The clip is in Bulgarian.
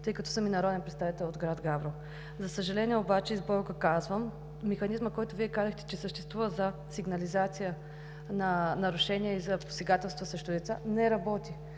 тъй като съм и народен представител от град Габрово. За съжаление обаче с болка казвам: механизмът, който Вие казахте, че съществува за сигнализация на нарушения и за посегателства срещу деца, не работи.